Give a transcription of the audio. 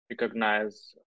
recognize